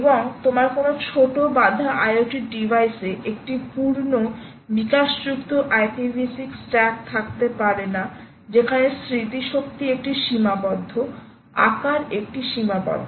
এবং তোমার কোনও ছোট বাধা IoT ডিভাইসে একটি পূর্ণ বিকাশযুক্ত IPv6 স্ট্যাক থাকতে পারে না যেখানে স্মৃতিশক্তি একটি সীমাবদ্ধ আকার একটি সীমাবদ্ধ